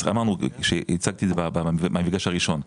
הצגתי במפגש הראשון.